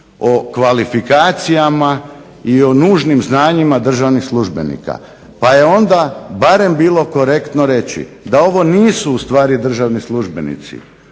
o kvalifikacijama i o nužnim znanjima državnih službenika. Pa je onda barem bilo korektno reći da ovo nisu ustvari državni službenici,